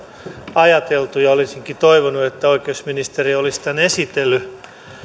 ajateltu ja olisinkin toivonut että oikeusministeri olisi tämän esitellyt